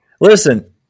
Listen